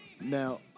Now